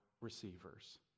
receivers